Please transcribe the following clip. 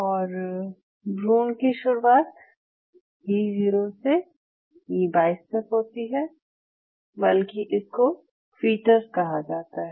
और भ्रूण की शुरुआत ई 0 से ई 22 तक होती है बल्कि इसको फ़ीटस कहा जाता है